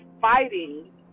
fighting